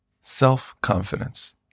Self-confidence